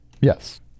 Yes